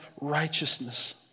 righteousness